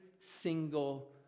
single